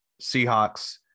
Seahawks